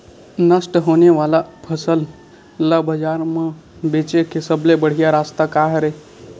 नष्ट होने वाला फसल ला बाजार मा बेचे के सबले बढ़िया रास्ता का हरे?